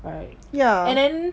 right and then